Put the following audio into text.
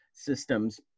systems